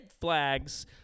Flags